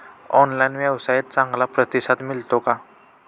Online व्यवसायात चांगला प्रतिसाद मिळतो का?